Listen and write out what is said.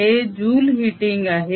हे Joule heating आहे